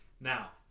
Now